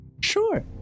Sure